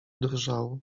drżał